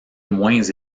moins